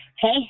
hey